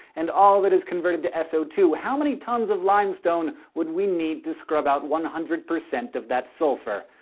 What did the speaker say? and all of it is converted to s o two, how many tons of limestone would we need to scrub out one hundred percent of that sulfur.